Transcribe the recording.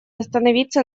остановиться